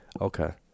Okay